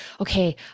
okay